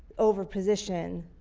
over position